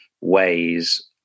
ways